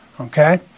Okay